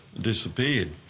disappeared